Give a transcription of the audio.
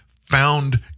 found